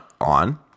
on